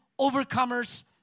overcomers